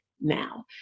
now